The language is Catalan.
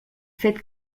fet